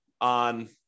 on